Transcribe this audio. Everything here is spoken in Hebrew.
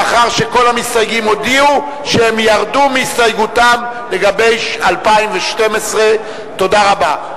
לאחר שכל המסתייגים הודיעו שהם ירדו מהסתייגותם לגבי 2012. תודה רבה.